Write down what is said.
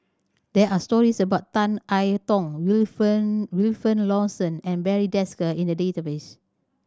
there are stories about Tan I Tong Wilfed Wilfed Lawson and Barry Desker in the database